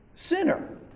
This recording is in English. Sinner